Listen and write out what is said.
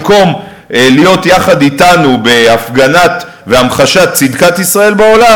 במקום להיות יחד אתנו בהפגנת והמחשת צדקת ישראל בעולם,